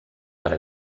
per